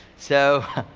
so,